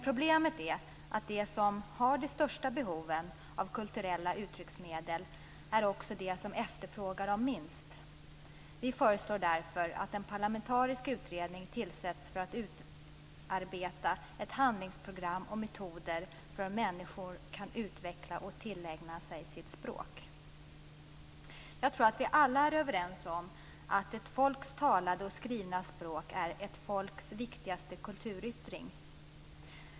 Problemet är att de som har de största behoven av kulturella uttrycksmedel också är de som efterfrågar dem minst. Vi föreslår därför att en parlamentarisk utredning tillsätts för att utarbeta ett handlingsprogram och metoder för hur människor kan utveckla och tillägna sig sitt språk. Jag tror att vi alla är överens om att ett folks talade och skrivna språk är ett folks viktigaste kulturyttring.